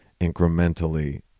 incrementally